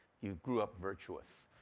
you grew up virtuous.